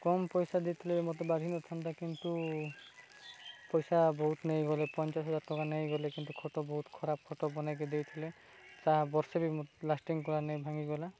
କମ୍ ପଇସା ଦେଇଥିଲେ ବି ମୋତେ ବାଧିନଥାନ୍ତା କିନ୍ତୁ ପଇସା ବହୁତ ନେଇଗଲେ ପଞ୍ଚାଳିଶ ହଜାର ଟଙ୍କା ନେଇଗଲେ କିନ୍ତୁ ଖଟ ବହୁତ ଖରାପ ଖଟ ବନେଇକି ଦେଇଥିଲେ ତା ବର୍ଷେ ବି ଲାଷ୍ଟିଂ କଲା ନାହିଁ ଭାଙ୍ଗିଗଲା